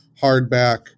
hardback